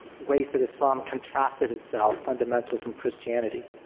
ways that islam contrasted itself fundamentally from christianity.